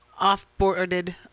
off-boarded